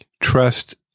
trust